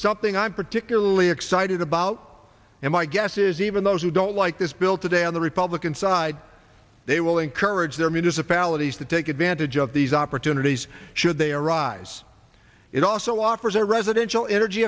something i'm particularly excited about and my guess is even those who don't like this bill today on the republican side they encourage their municipalities to take advantage of these opportunities should they arise it also offers a residential energy